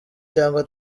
cyangwa